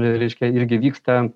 reiškia irgi vyksta